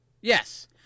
Yes